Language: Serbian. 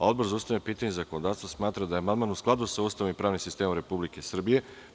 Odbor za ustavna pitanja i zakonodavstvo smatra da je amandman u skladu sa Ustavom i pravnim sistemom Republike Srbije.